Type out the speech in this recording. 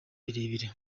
birebire